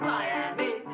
Miami